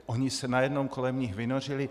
Oni se najednou kolem nich vynořili?